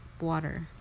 water